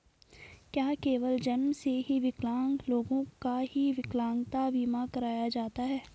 क्या केवल जन्म से विकलांग लोगों का ही विकलांगता बीमा कराया जाता है?